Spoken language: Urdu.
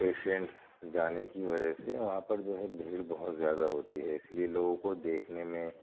پیشینٹس جانے کی وجہ سے وہاں پر جو ہے بھیڑ بہت زیادہ ہوتی ہے اس لیے لوگوں کو دیکھنے میں